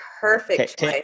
Perfect